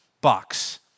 box